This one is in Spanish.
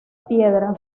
piedra